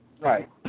Right